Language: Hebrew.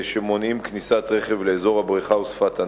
שמונעים כניסת רכב לאזור הבריכה ושפת הנחל,